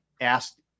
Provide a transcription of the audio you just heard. asked